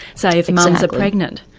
say, if mums are pregnant?